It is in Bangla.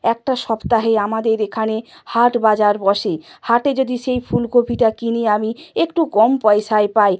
একটা সপ্তাহে আমাদের এখানে হাট বাজার বসে হাটে যদি সেই ফুলকপিটা কিনি আমি একটু কম পয়সায় পাই